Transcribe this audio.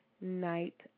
Night